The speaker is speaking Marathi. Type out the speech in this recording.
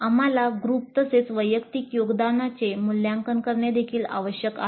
आम्हाला ग्रुप तसेच वैयक्तिक योगदानाचे मूल्यांकन करणे देखील आवश्यक आहे